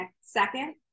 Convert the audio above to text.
second